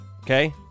okay